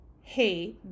hey